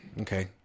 Okay